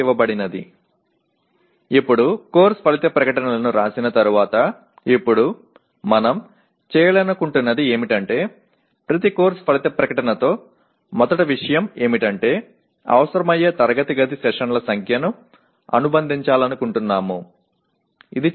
இப்போது பாடநெறி விளைவு அறிக்கைகளை எழுதியுள்ளோம் இப்போது நாம் செய்ய விரும்புவது என்னவென்றால் முதல் விஷயம் என்னவென்றால் ஒவ்வொரு பாடநெறி விளைவு அறிக்கையிலும் நாம் வகுப்பறையின் எண்ணிக்கையை இணைக்க விரும்புகிறோம் தேவைப்படும் வகுப்பறை அமர்வுகள்